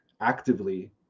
actively